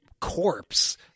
corpse